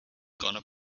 gonna